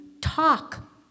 talk